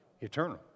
Eternal